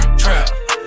trap